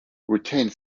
retained